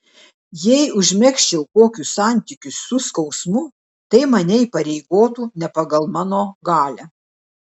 jei užmegzčiau kokius santykius su skausmu tai mane įpareigotų ne pagal mano galią